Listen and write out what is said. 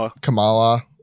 kamala